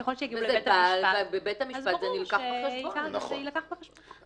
ובבית המשפט זה יילקח בחשבון.